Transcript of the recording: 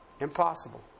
Impossible